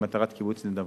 למטרת קיבוץ נדבות.